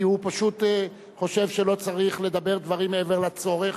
כי הוא פשוט חושב שלא צריך לדבר דברים מעבר לצורך,